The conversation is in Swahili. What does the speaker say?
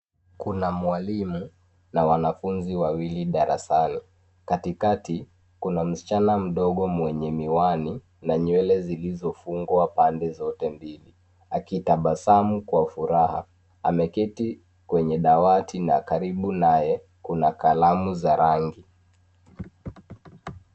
Kuna mwalimu na wanafunzi wawili darasani. Katikati kuna msichana mdogo mwenye miwani na nywele zilizofungwa pande zote mbili akitabasamu kwa furaha, ameketi kwenye dawati na karibu naye kuna kalamu za rangi.